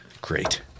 Great